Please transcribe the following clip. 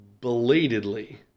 belatedly